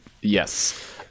Yes